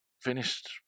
Finished